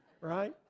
right